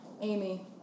Amy